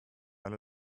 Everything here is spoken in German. alle